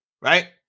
Right